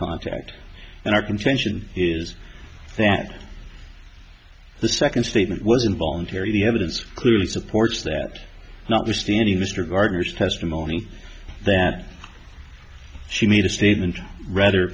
contact and our contention is that the second statement was involuntary the evidence clearly supports that notwithstanding mr gardner's testimony that she made a statement rather